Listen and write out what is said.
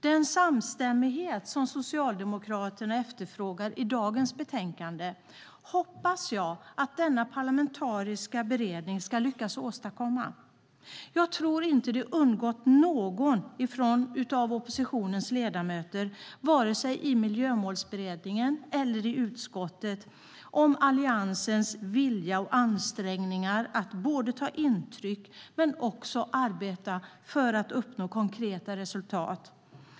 Den samstämmighet som Socialdemokraterna efterfrågar i dagens betänkande hoppas jag att denna parlamentariska beredning ska lyckas åstadkomma. Jag tror inte att Alliansens vilja och ansträngningar att ta intryck och arbeta för konkreta resultat har undgått någon av oppositionens ledamöter vare sig i Miljömålsberedningen eller i utskottet.